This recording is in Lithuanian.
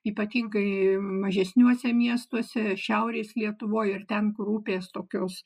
ypatingai mažesniuose miestuose šiaurės lietuvoj ir ten kur upės tokios